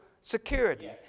security